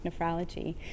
nephrology